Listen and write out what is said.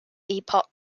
epoch